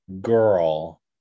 Girl